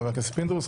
חבר הכנסת פינדרוס,